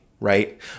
right